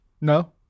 No